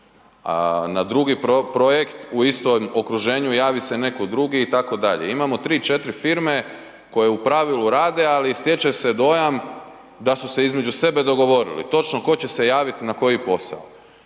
a na drugi projekt u istom okruženju javi se neko drugi itd. Imamo tri, četiri firme koje u pravilu rade, ali stječe se dojam da su se između sebe dogovorili točno tko će se javiti na koji posao.